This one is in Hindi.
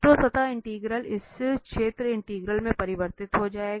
तो सतह इंटीग्रल इस क्षेत्र इंटीग्रल में परिवर्तित हो जाएगा